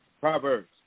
Proverbs